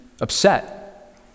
upset